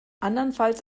andernfalls